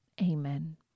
Amen